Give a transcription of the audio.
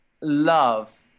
love